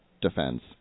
defense